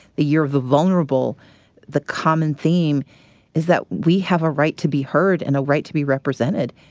the year of the vulnerable the common theme is that we have a right to be heard and a right to be represented,